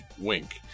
wink